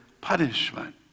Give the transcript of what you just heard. punishment